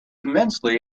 immensely